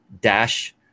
dash